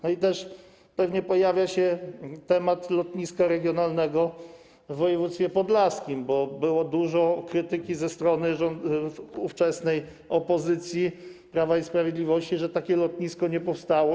No i też pewnie pojawia się temat lotniska regionalnego w województwie podlaskim, bo było dużo krytyki ze strony ówczesnej opozycji, Prawa i Sprawiedliwości, że takie lotnisko nie powstało.